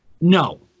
No